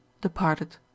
departed